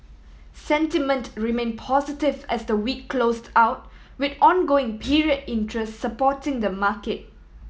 sentiment remain positive as the week closed out with ongoing period interest supporting the market